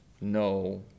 No